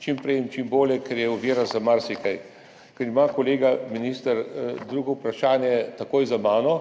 čim prej in čim bolje, ker je to ovira za marsikaj. Ker ima kolega minister drugo vprašanje takoj za mano,